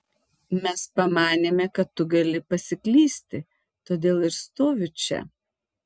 mes pamanėme kad tu gali pasiklysti todėl ir stoviu čia